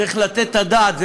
צריך לתת את הדעת.